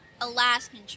Alaskan